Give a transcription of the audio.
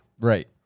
Right